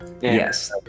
Yes